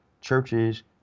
churches